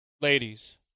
ladies